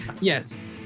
Yes